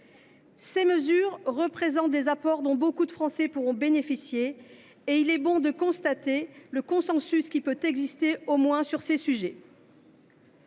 Ces mesures représentent des apports dont beaucoup de Français pourront bénéficier et il est bon de constater qu’un consensus peut exister au moins sur ces sujets.